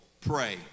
pray